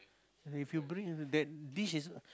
if you bring that dish is